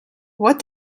what